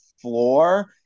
floor